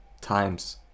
times